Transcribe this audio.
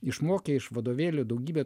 išmokę iš vadovėlių daugybę